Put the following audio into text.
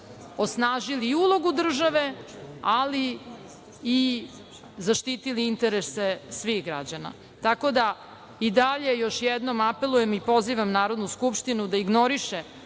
osnažili ulogu države, ali i zaštitili interese svih građana. Tako da, i dalje još jednom apelujem i pozivam Narodnu skupštinu da ignoriše